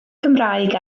cymraeg